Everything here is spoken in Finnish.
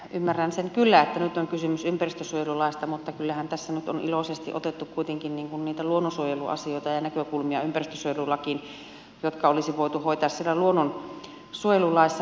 ymmärrän sen kyllä että nyt on kysymys ympäristönsuojelulaista mutta kyllähän tässä nyt on iloisesti otettu kuitenkin niitä luonnonsuojeluasioita ja näkökulmia ympäristönsuojelulakiin jotka olisi voitu hoitaa siellä luonnonsuojelulaissa